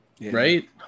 right